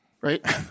right